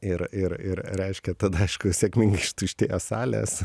ir ir ir reiškia tada aišku sėkmingai ištuštėjo salės